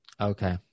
Okay